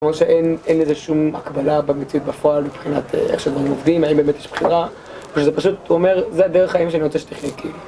כמו שאין איזה שום הקבלה במציאות בפועל, מבחינת איך שאנחנו עובדים, האם באמת יש בחירה, פשוט זה פשוט אומר, זה הדרך החיים שאני רוצה שתחלקי.